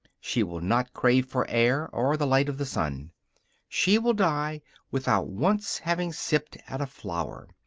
she will not crave for air, or the light of the sun she will die without once having sipped at a flower.